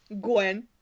Gwen